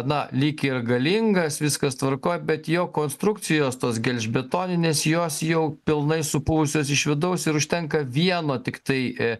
na lyg ir galingas viskas tvarkoj bet jo konstrukcijos tos gelžbetoninės jos jau pilnai supuvusios iš vidaus ir užtenka vieno tiktai